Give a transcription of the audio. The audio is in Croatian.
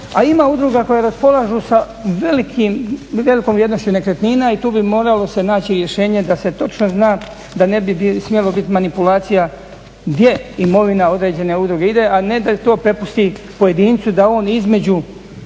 a ima udruga koje raspolažu sa velikom vrijednošću nekretnina i tu bi moralo se naći rješenje da se točno zna da ne bi smjelo biti manipulacija gdje imovina određene udruge ide, a ne da to prepusti pojedincu da on između